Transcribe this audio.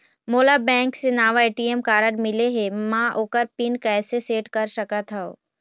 मोला बैंक से नावा ए.टी.एम कारड मिले हे, म ओकर पिन कैसे सेट कर सकत हव?